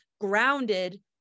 grounded